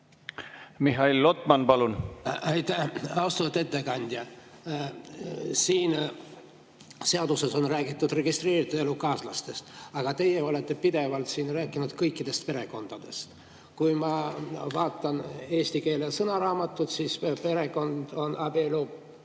Mihhail Lotman, palun! Aitäh! Austatud ettekandja! Siin seaduses on räägitud registreeritud elukaaslastest, aga teie olete siin pidevalt rääkinud kõikidest perekondadest. Kui ma vaatan eesti keele [seletavat] sõnaraamatut, siis perekond on abielupaar